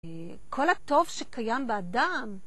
כל הטוב שקיים באדם...